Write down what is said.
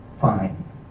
fine